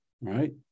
right